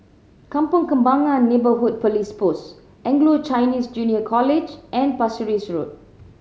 Kampong Kembangan Neighbourhood Police Post Anglo Chinese Junior College and Pasir Ris Road